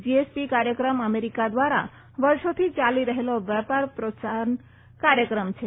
GSP કાર્યક્રમ America દ્વારા વર્ષોથી ચાલી રહેલો વેપાર પ્રોત્સાહન કાર્યક્રમ છે